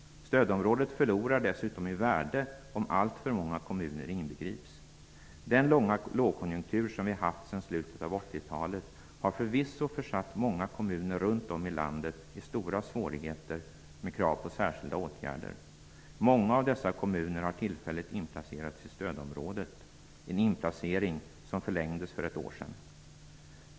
Stödområdet förlorar dessutom i värde om alltför många kommuner inbegrips. Den långvariga lågkonjunktur vi haft sedan slutet av 80-talet har förvisso försatt många kommuner runt om i landet i stora svårigheter med krav på särskilda åtgärder. Många av dessa kommuner har tillfälligt inplacerats i stödområdet, en inplacering som förlängdes för ett år sedan.